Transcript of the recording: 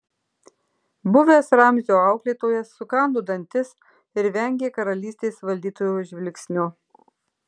buvęs ramzio auklėtojas sukando dantis ir vengė karalystės valdytojo žvilgsnio